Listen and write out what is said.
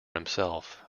himself